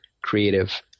creative